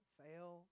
fail